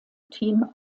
team